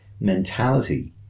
mentality